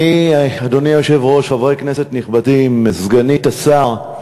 אדוני היושב-ראש, חברי כנסת נכבדים, סגנית השר,